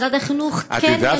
משרד החינוך כן,